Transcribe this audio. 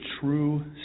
true